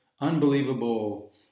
unbelievable